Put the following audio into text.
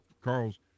carl's